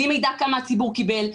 בלי מידע כמה הציבור קיבל,